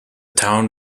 town